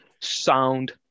Sound